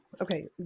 okay